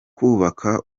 kubaka